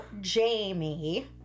Jamie